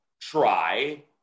try